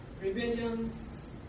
rebellions